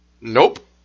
Nope